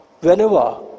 Whenever